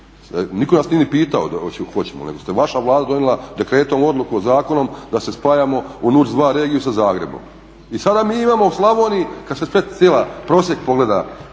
niko na snije nije ni pitao hoćemo li, nego je vaša Vlada donijela dekretom odluku zakonom da se spajamo u NUTS 2 regiju sa Zagrebom. I sada mi imamo u Slavoniji kad se cijeli prosjek pogleda